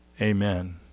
Amen